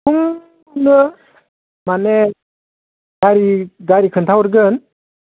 फुङावनो माने गारि गारि खोन्थाहरगोन